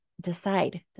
Decide